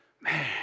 man